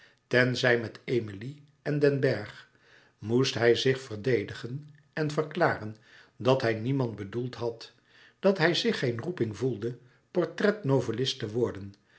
tenzij met emilie en den bergh moest hij zich verdedigen en verklaren dat hij niemand bedoeld had dat hij zich geen roeping voelde portret novellist te